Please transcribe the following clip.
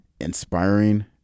inspiring